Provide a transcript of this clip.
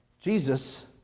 Jesus